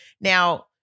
Now